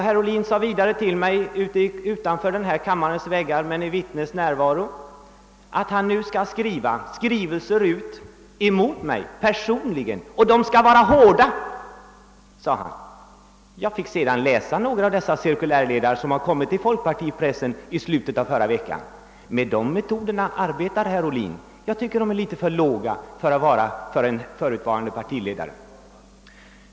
Herr Ohlin sade vidare till mig, utanför denna kammares väggar men i vittnes närvaro, att han nu skall skriva skrivelser mot mig personligen — och de skall vara hårda, sade han. Jag fick sedan läsa några av dessa cirkulärledare som infördes i folkpartipressen i slutet av förra veckan. — Med de metoderna arbetar herr Ohlin. Jag tycker att de ligger på ett för lågt plan för en f. d. partiledare.